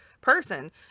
person